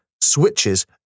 switches